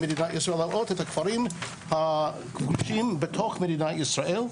ישראל להראות את הכפרים הכבושים בתוך מדינת ישראל,